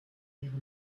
ihre